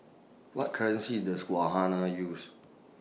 What currency Does use